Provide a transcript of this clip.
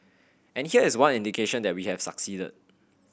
and here is one indication that we have succeeded